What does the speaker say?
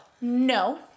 no